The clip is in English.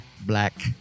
Black